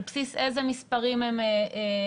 על בסיס איזה מספרים הם נסמכים,